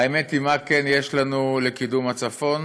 האמת היא: מה כן יש לנו לקידום הצפון?